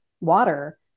water